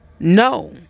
no